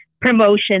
promotion